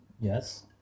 Yes